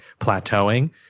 plateauing